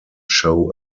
show